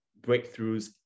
breakthroughs